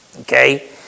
Okay